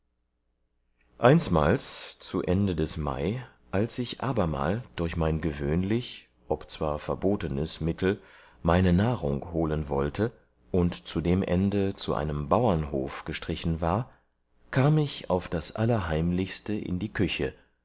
einsmals zu ende des mai als ich abermal durch mein gewöhnlich obzwar verbotenes mittel meine nahrung holen wollte und zu dem ende zu einem baurnhof gestrichen war kam ich auf das allerheimlichste in die küche